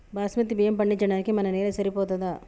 బాస్మతి బియ్యం పండించడానికి మన నేల సరిపోతదా?